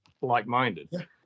like-minded